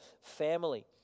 family